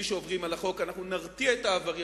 מי שעוברים על החוק, אנחנו נרתיע את העבריינים,